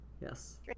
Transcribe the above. yes